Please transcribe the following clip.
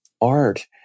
art